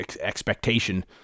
Expectation